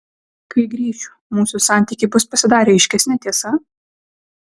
kai grįšiu mūsų santykiai bus pasidarę aiškesni tiesa